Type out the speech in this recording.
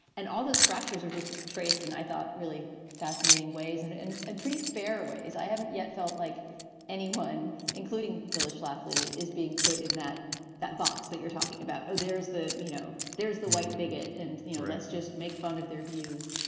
and all those fractures are just traced. and i thought really fascinating ways and and pretty fairways. i haven't yet felt like anyone, including phyllis schlafly, is being put in that that box that you're talking about. oh, there's that. you know, there's the white bigot. and, you know, let's just make fun of their views.